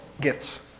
gifts